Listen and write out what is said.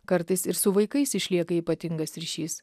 kartais ir su vaikais išlieka ypatingas ryšys